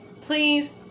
please